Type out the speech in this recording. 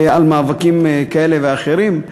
על מאבקים כאלה ואחרים.